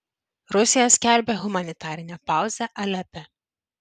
rusija skelbia humanitarinę pauzę alepe